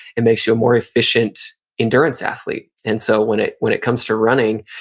it makes you a more efficient endurance athlete. and so when it when it comes to running,